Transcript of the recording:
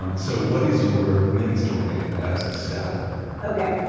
um so what is your mini-story as a staff member? okay,